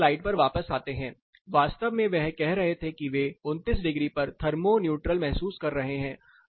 पिछली स्लाइड पर वापस आते हैं वास्तव में वे कह रहे थे कि वे 29 डिग्री पर थर्मो न्यूट्रल महसूस कर रहे हैं